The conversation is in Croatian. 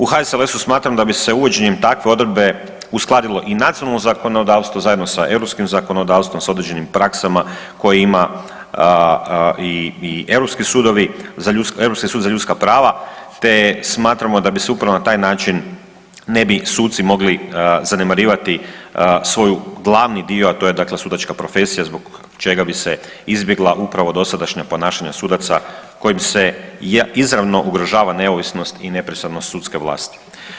U HSLS-u smatram da bi se uvođenjem takve odredbe uskladilo i nacionalno zakonodavstvo zajedno sa europskim zakonodavstvom, s određenim praksama koje ima i europski sudovi, Europski sud za ljudska prava te smatramo da bi se upravo na taj način ne bi suci mogli zanemarivati svoj glavni dio, a to je dakle sudačka profesija zbog čega bi se izbjegla upravo dosadašnja ponašanja sudaca kojim se izravno ugrožava neovisnost i nepristranost sudske vlasti.